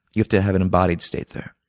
you have to have an embodied state there.